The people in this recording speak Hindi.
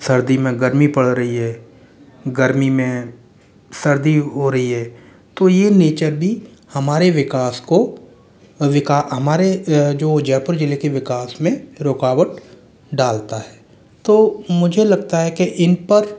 सर्दी में गर्मी पड़ रही है गर्मी में सर्दी हो रही है तो यह नेचर भी हमारे विकास को विका हमारे जो जयपुर ज़िले के विकास में रुकावट डालता है तो मुझे लगता है कि इन पर